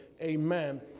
Amen